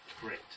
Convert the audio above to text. great